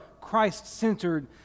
Christ-centered